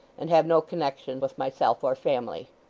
and have no connection with myself or family.